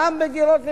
גם בדירות למכירה.